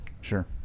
sure